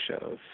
shows